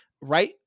right